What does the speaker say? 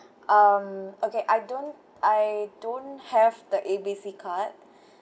um okay I don't I don't have the A B C card